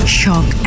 shock